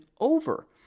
over